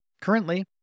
Currently